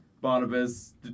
Barnabas